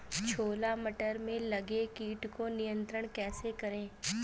छोला मटर में लगे कीट को नियंत्रण कैसे करें?